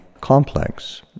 complex